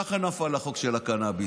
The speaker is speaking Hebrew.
ככה נפל החוק של הקנביס.